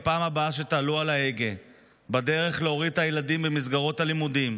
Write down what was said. בפעם הבאה שתעלו על ההגה בדרך להוריד את הילדים במסגרות הלימודים,